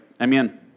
Amen